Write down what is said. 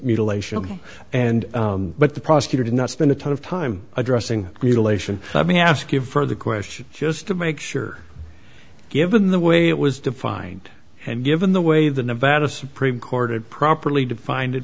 mutilation and but the prosecutor did not spend a ton of time addressing mutilation let me ask you a further question just to make sure given the way it was defined and given the way the nevada supreme court it properly defined it